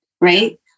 right